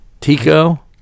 tico